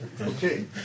Okay